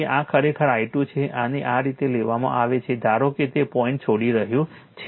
તેથી આ ખરેખર i2 છે આને આ રીતે લેવામાં આવે છે ધારો કે તે પોઇન્ટ છોડી રહ્યું છે